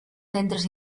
centros